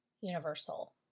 universal